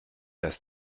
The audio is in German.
das